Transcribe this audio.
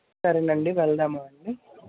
సరేనండి వెళ్దామా అండి